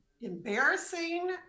Embarrassing